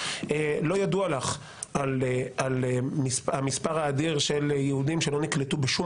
לא ידוע לך על המספר האדיר של יהודים שלא נקלטו בשום